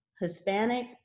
Hispanic